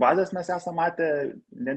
bazės mes esam matę ne